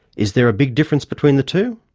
is there a big difference between the two?